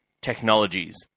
technologies